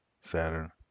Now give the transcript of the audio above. Saturn